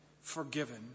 forgiven